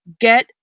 get